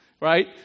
right